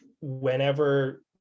whenever